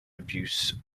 abuse